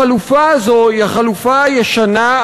החלופה הזאת היא החלופה הישנה,